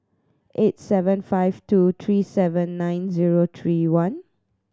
eight seven five two three seven nine zero three one